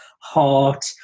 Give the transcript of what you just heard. heart